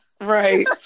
right